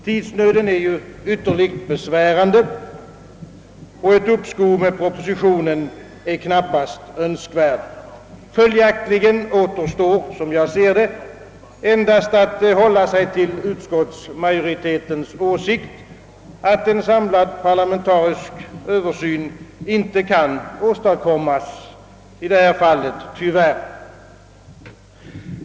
Tidsnöden är ju ytterligt besvärande, och ett uppskov med propositionen är knappast önskvärt. Följaktligen återstår enligt min mening endast att hålla sig till utskottsmajoritetens åsikt, att en samlad parlamentarisk översyn tyvärr inte kan åstadkommas i detta fall.